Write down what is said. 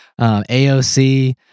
AOC